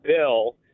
bill